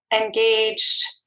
engaged